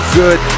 good